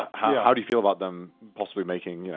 how how do you feel about them possibly making, you know,